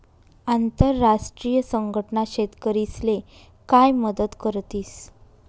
आंतरराष्ट्रीय संघटना शेतकरीस्ले काय मदत करतीस?